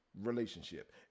relationship